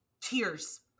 Tears